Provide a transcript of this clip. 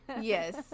Yes